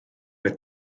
oedd